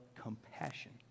compassion